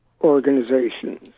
organizations